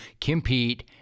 compete